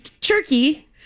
Turkey